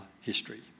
history